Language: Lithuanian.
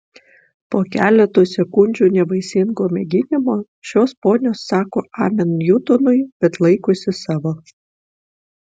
po keleto sekundžių nevaisingo mėginimo šios ponios sako amen niutonui bet laikosi savo